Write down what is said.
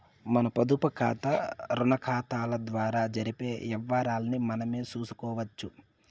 మన పొదుపుకాతా, రుణాకతాల ద్వారా జరిపే యవ్వారాల్ని మనమే సూసుకోవచ్చు